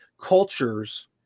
cultures